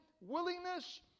willingness